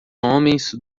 homens